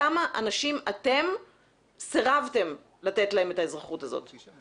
כמה אנשים אתם סירבתם לתת להם את האזרחות הזאת?